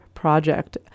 Project